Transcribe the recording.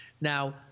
Now